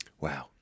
wow